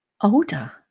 older